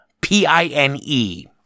P-I-N-E